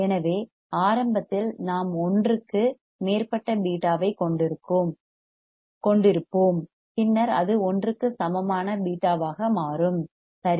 எனவே ஆரம்பத்தில் நாம் ஒன்றுக்கு 1 க்கு மேற்பட்ட பீட்டாவைக் கொண்டிருப்போம் பின்னர் அது 1 க்கு சமமான பீட்டாவாக மாறும் சரி